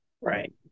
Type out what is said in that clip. Right